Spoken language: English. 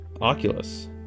oculus